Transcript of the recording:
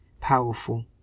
powerful